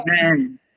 Amen